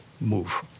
move